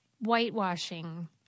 whitewashing